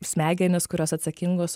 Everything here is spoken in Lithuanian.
smegenys kurios atsakingos